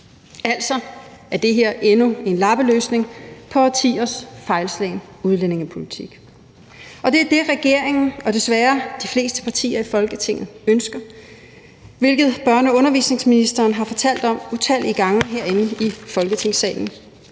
Altså er det her endnu en lappeløsning på årtiers fejlslagne udlændingepolitik. Og det er det, regeringen og desværre de fleste partier i Folketinget ønsker, hvilket børne- og undervisningsministeren har fortalt om utallige gange herinde i Folketingssalen